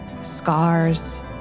scars